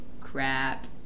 Crap